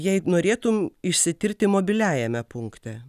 jei norėtum išsitirti mobiliajame punkte